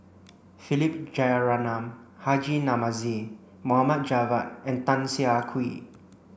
Philip Jeyaretnam Haji Namazie Mohd Javad and Tan Siah Kwee